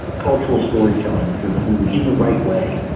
cultural storytelling through food in the right way.